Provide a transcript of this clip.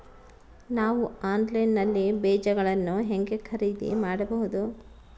ನಾವು ಆನ್ಲೈನ್ ನಲ್ಲಿ ಬೇಜಗಳನ್ನು ಹೆಂಗ ಖರೇದಿ ಮಾಡಬಹುದು?